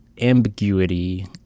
ambiguity